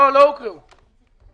"תנאי לאישור בקשה למענק"